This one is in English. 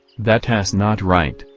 that s not right,